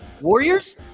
Warriors